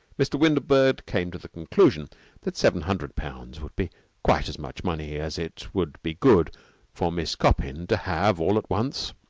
mr. windlebird came to the conclusion that seven hundred pounds would be quite as much money as it would be good for miss coppin to have all at once.